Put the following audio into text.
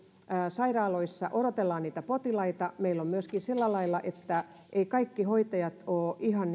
sairaaloissa odotellaan niitä potilaita meillä on myöskin sillä lailla että eivät kaikki hoitajat ole ihan